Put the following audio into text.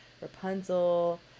Rapunzel